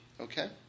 okay